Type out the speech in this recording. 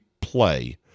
play